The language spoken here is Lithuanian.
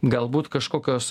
galbūt kažkokios